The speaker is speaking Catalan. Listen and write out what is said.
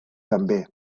també